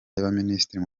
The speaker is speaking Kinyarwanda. y’abaminisitiri